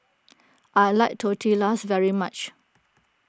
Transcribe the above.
I like Tortillas very much